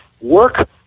work